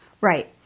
Right